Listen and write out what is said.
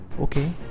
okay